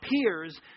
appears